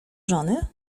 żony